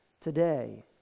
today